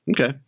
Okay